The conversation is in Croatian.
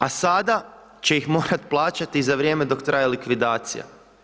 A sada će ih morati plaćati za vrijeme dok traje likvidacija.